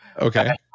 Okay